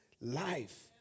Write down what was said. life